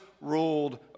ruled